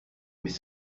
mais